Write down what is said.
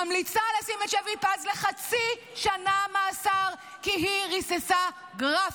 ממליצה לשים את שפי פז לחצי שנת מאסר כי היא ריססה גרפיטי.